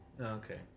Okay